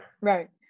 Right